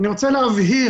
אני רוצה להבהיר,